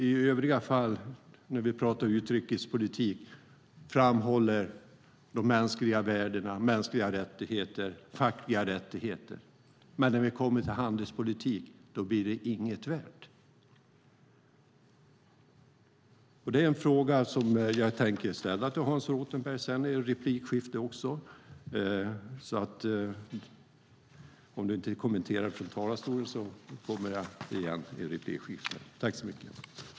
I övriga fall när vi diskuterar utrikespolitik framhåller vi de mänskliga värdena och rättigheterna och de fackliga rättigheterna, men när vi kommer till handelspolitik blir det inget värt. Det tänker jag fråga Hans Rothenberg om i replikskiftet ifall han inte kommenterar det i samband med sitt huvudanförande.